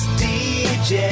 dj